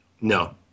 no